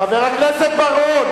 איזה משבר?